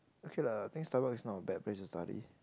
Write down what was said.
okay lah I think Starbucks is not a bad place to study